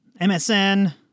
MSN